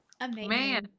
Amazing